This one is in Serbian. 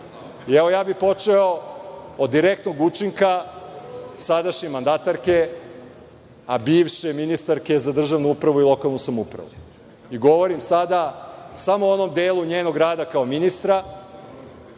Počeo bih od direktnog učinka sadašnje mandatarke, a bivše ministarke za državnu upravu i lokalnu samoupravu i govorim sada, samo o onom delu njenog rada, kao ministra,